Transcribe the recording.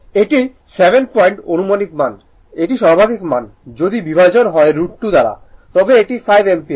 এটি 7 পয়েন্টের আনুমানিক মান এটি সর্বাধিক মান যদি বিভাজন হয় √ 2 দ্বারা তবে এটি 5 অ্যাম্পিয়ার